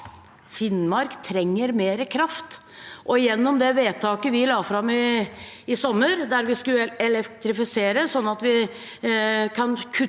Finnmark trenger mer kraft. Det vedtaket vi la fram i sommer om at vi skal elektrifisere, sånn at vi kan kutte